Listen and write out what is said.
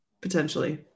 potentially